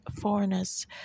foreigners